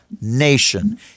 nation